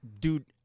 Dude